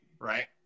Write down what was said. right